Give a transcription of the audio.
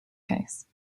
case